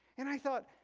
and i thought,